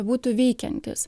būtų veikiantys